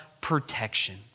protection